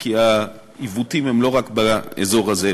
כי העיוותים הם לא רק באזור הזה,